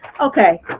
okay